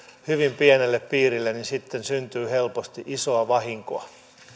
hyvin pienelle piirille niin sitten syntyy helposti isoa vahinkoa